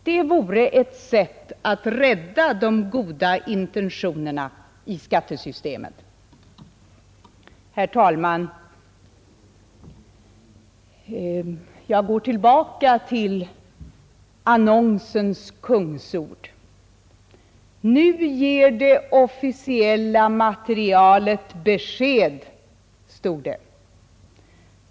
Det vore ett sätt att rädda de goda intentionerna i skattesystemet. Herr talman! Jag går tillbaka till annonsens kungsord: ”Nu ger det officiella materialet besked”, stod det.